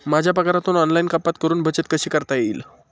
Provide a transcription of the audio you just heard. माझ्या पगारातून ऑनलाइन कपात करुन बचत कशी करता येईल?